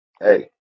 Hey